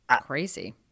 Crazy